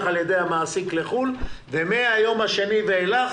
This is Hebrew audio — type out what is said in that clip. על ידי המעסיק לחוץ לארץ ומהיום השני ואילך